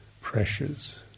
pressures